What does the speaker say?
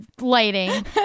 lighting